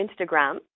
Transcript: Instagram